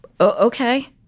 Okay